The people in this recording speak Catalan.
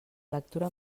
lectura